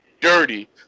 dirty